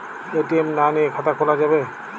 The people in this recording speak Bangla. এ.টি.এম না নিয়ে খাতা খোলা যাবে?